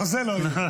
לא, זה לא יהיה.